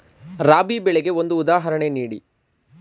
ರಾಬಿ ಬೆಳೆಗೆ ಒಂದು ಉದಾಹರಣೆ ನೀಡಿ